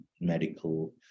medical